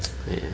!haiya!